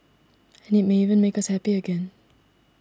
and it may even make us happy again